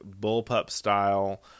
bullpup-style